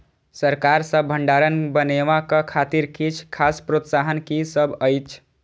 सरकार सँ भण्डार बनेवाक खातिर किछ खास प्रोत्साहन कि सब अइछ?